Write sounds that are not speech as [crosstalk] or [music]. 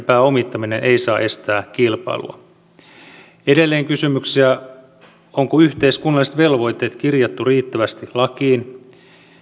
[unintelligible] pääomittaminen ei saa estää kilpailua edelleen kysymyksiä onko yhteiskunnalliset velvoitteet kirjattu riittävästi lakiin